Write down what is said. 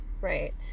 right